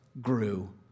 grew